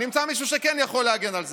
נמצא מישהו שכן יכול להגן על זה.